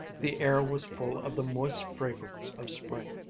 the air was full of the moist fragrance of spring.